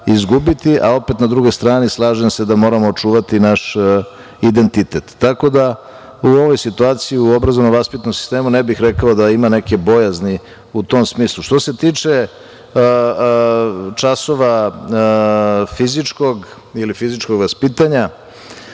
Opet na drugoj strani se slažem da moramo očuvati naš identitet. Tako u ovoj situaciji u obrazovno vaspitnom sistemu ne bih rekao da ima nekih bojazni u tom smislu. Što se tiče časova fizičkog ili fizičkog vaspitanja,